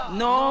no